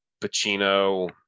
pacino